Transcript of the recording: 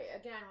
Again